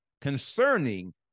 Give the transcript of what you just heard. concerning